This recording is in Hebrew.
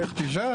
לא "אחטי ג'ג'",